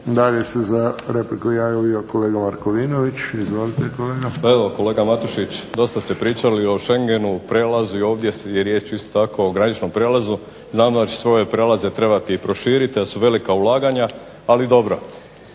Dalje se za repliku javio kolega Markovinović. Izvolite kolega. **Markovinović, Krunoslav (HDZ)** Pa evo kolega Matušić, dosta ste pričali o Schengenu, prijelazu. Ovdje je riječ isto tako o graničnom prijelazu. Naravno da će sve ove prijelaze trebati i proširiti, da su velika ulaganja, ali dobro.